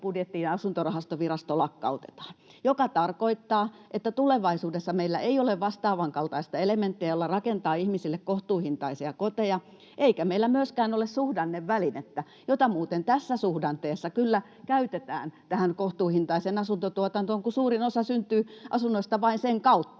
budjettiin ja asuntorahastovirasto lakkautetaan, mikä tarkoittaa, että tulevaisuudessa meillä ei ole vastaavan kaltaista elementtiä, jolla rakentaa ihmisille kohtuuhintaisia koteja, eikä meillä myöskään ole suhdannevälinettä, jota muuten tässä suhdanteessa kyllä käytetään tähän kohtuuhintaiseen asuntotuotantoon, kun suurin osa asunnoista syntyy vain sen kautta,